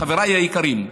חבריי היקרים,